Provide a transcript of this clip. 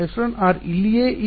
ವಿದ್ಯಾರ್ಥಿ εr